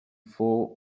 for